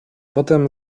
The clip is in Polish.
potem